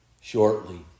shortly